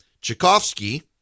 Tchaikovsky